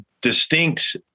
distinct